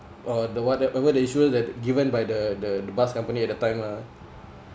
or the what over the insurance that given by the the bus company at the time lah